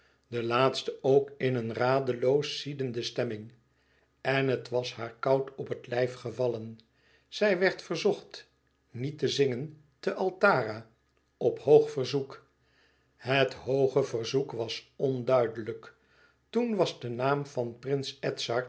de laatsten ook in een radeloos ziedende stemming en het was haar koud op het lijf gevallen zij werd verzocht niet te zingen te altara op hoog verzoek het hooge verzoek was onduidelijk toen was de naam van prins